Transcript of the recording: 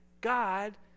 God